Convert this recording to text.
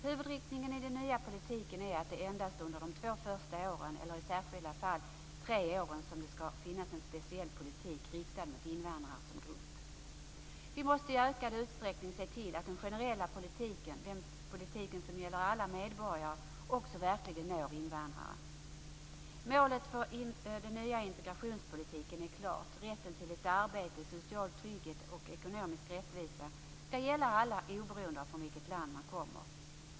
Huvudinriktningen i den nya politiken är att det endast är under de två första åren, eller i särskilda fall tre åren, som det skall finnas en speciell politik riktad mot invandrare som grupp. Vi måste i ökad utsträckning se till att den generella politiken, den politik som gäller alla medborgare, också verkligen når invandrarna. Målet för den nya integrationspolitiken är klart: Rätten till arbete, social trygghet och ekonomisk rättvisa skall gälla alla, oberoende av vilket land man kommer från.